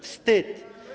Wstyd.